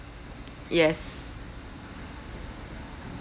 yes